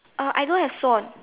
uh I don't have swan